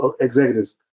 executives